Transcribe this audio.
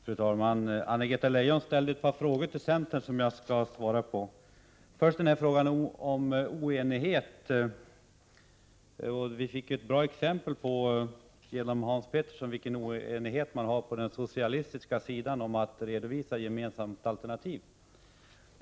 Fru talman! Anna-Greta Leijon ställde ett par frågor till centern som jag skall svara på. Först till frågan om oenighet. Vi fick genom Hans Petersson ett bra exempel på oenigheten på den socialistiska sidan när det gäller att redovisa ett gemensamt alternativ.